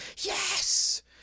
Yes